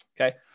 Okay